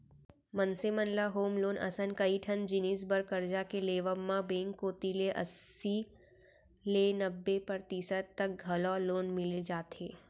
मनसे मन ल होम लोन असन कइ ठन जिनिस बर करजा के लेवब म बेंक कोती ले अस्सी ले नब्बे परतिसत तक घलौ लोन मिल जाथे